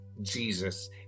Jesus